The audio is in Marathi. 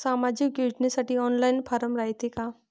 सामाजिक योजनेसाठी ऑनलाईन फारम रायते का?